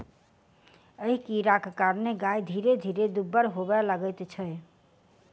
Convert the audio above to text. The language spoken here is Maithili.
एहि कीड़ाक कारणेँ गाय धीरे धीरे दुब्बर होबय लगैत छै